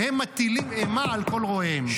והם מטילים אימה על כל רואיהם.